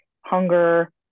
hunger